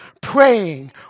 praying